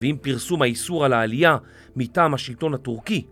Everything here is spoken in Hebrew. ועם פרסום האיסור על העלייה מטעם השלטון הטורקי